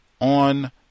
on